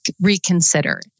reconsider